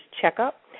checkup